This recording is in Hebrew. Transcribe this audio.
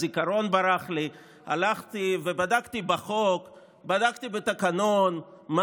הלכתי ובדקתי בחוק ובדקתי בתקנון מה